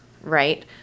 right